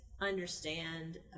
understand